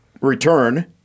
Return